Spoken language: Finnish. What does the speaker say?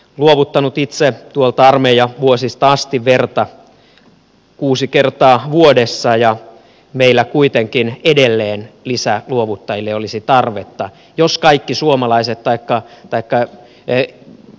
olen luovuttanut itse armeijavuosista asti verta kuusi kertaa vuodessa ja meillä kuitenkin edelleen lisäluovuttajille olisi tarvetta jos kaikki suomalaiset taikka pekka e